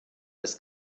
des